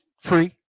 free